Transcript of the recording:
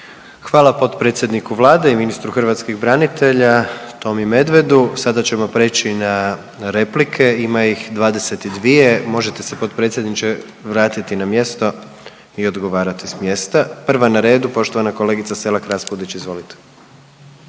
Hvala potpredsjedniku Vlade i ministru hrvatskih branitelja Tomi Medvedu. Sada ćemo preći na replike, ima ih 22, možete se potpredsjedniče vratiti na mjesto i odgovarati s mjesta. Prva na redu poštovana kolegica Selak Raspudić, izvolite.